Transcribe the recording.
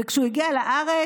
וכשהוא הגיע לארץ